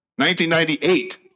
1998